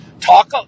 talk